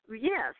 Yes